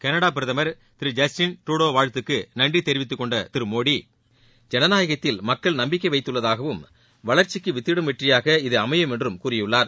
களடா பிரதமர் திரு Justin Trudeau வாழ்த்துக்கு நன்றி தெரிவித்துக் கொண்ட திரு மோடி ஜனநாயகத்தில் மக்கள் நம்பிக்கை வைத்துள்ளதாகவும் வளர்ச்சிக்கு வித்திடும் வெற்றியாக இது அமையும் என்றும் கூறியுள்ளார்